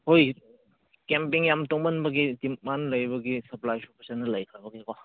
ꯍꯣꯏ ꯀꯦꯝꯄꯤꯡ ꯌꯥꯝ ꯇꯧꯃꯟꯕꯒꯤ ꯗꯤꯃꯥꯟ ꯂꯩꯕꯒꯤ ꯁꯄ꯭ꯂꯥꯏꯁꯨ ꯐꯖꯅ ꯂꯩꯈ꯭ꯔꯕꯒꯤꯀꯣ